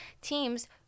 teams